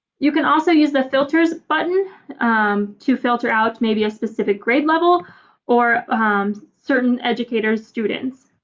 you can also use the filters button to filter out maybe a specific grade level or certain educators' students.